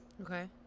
Okay